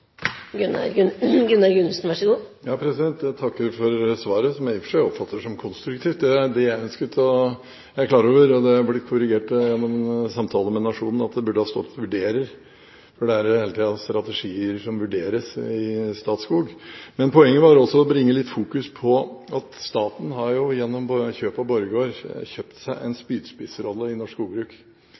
Jeg takker for svaret, som jeg i og for seg oppfatter som konstruktivt. Jeg er klar over – og det er blitt korrigert gjennom samtale med Nationen – at det burde stått «vurderer», for det er hele tiden strategier som vurderes i Statskog. Men poenget var også å bringe litt fokus på at staten – gjennom kjøp av Borregaard – har kjøpt seg en spydspissrolle i norsk skogbruk,